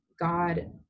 God